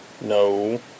No